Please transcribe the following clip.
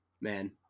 man